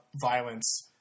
violence